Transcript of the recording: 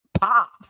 pop